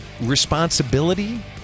responsibility